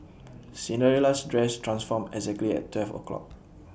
Cinderella's dress transformed exactly at twelve o' clock